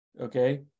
okay